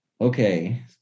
Okay